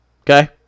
Okay